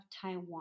Taiwan